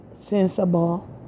Sensible